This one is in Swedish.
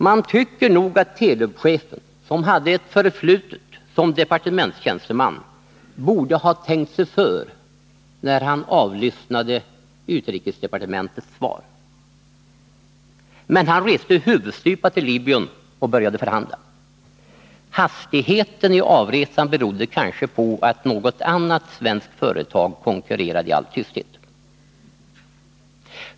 Man tycker nog att Telub-chefen, som hade ett förflutet som departementstjänsteman, borde ha tänkt sig för när han avlyssnade utrikesdepartementets svar. Men han reste huvudstupa till Libyen och började förhandla. Hastigheten i avresan berodde kanske på att något annat svenskt företag konkurrerade i tysthet.